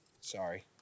Sorry